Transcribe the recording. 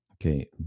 okay